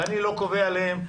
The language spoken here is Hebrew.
ואני לא קובע עליהם,